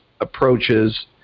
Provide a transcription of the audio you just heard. approaches